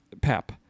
Pep